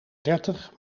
dertig